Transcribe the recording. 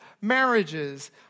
marriages